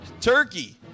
turkey